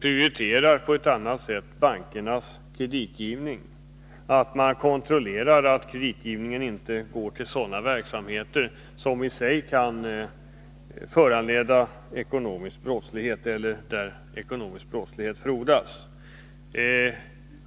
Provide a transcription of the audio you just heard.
genom att på ett annat sätt prioritera bankernas kreditgivning och kontrollera att krediterna inte går till sådana verksamheter som i sig kan föranleda ekonomisk brottslighet eller där sådan brottslighet frodas.